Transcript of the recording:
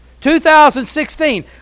2016